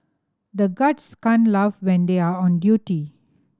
the guards can't laugh when they are on duty